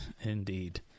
Indeed